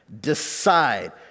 Decide